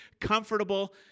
comfortable